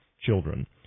children